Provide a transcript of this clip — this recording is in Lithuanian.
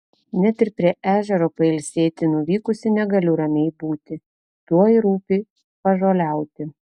net ir prie ežero pailsėti nuvykusi negaliu ramiai būti tuoj rūpi pažoliauti